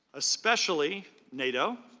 especially nato.